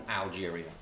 Algeria